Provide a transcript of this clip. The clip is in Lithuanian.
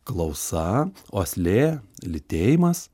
klausa uoslė lytėjimas